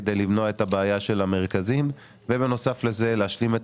כדי למנוע את הבעיה של המרכזים ובנוסף לזה להשלים את